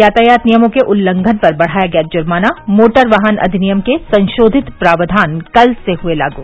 यातायात नियमों के उल्लंघन पर बढ़ाया गया जुर्माना मोटर वाहन अधिनियम के संशोधित प्रावधान कल से हुए लागू